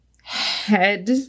head